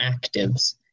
actives